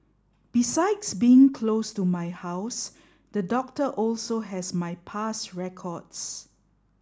besides being close to my house the doctor also has my past records